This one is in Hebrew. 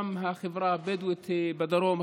גם בחברה הבדואית בדרום,